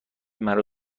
مرا